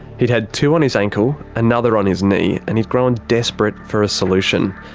he'd had two on his ankle, another on his knee, and he'd grown desperate for a solution.